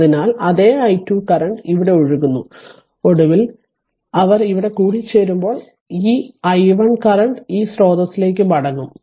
അതിനാൽ അതേ i2 current ഇവിടെ ഒഴുകുന്നു ഒടുവിൽ അവർ ഇവിടെ കൂടി ചേരുമ്പോൾ ഈ i1 കറന്റ് ഈ സ്രോതസ്സിലേക്ക് മടങ്ങും